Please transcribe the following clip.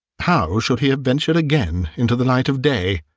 how should he have ventured again into the light of day?